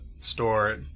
store